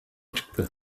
çıktı